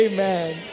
Amen